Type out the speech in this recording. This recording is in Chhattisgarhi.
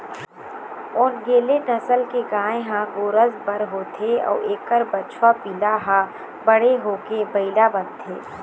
ओन्गेले नसल के गाय ह गोरस बर होथे अउ एखर बछवा पिला ह बड़े होके बइला बनथे